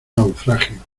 naufragio